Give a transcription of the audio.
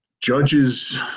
judges